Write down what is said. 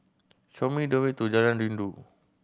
show me the way to Jalan Rindu